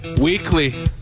Weekly